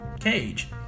cage